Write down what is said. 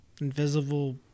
Invisible